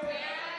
של קבוצת סיעת